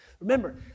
Remember